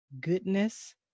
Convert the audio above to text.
goodness